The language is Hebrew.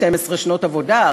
12 שנות עבודה,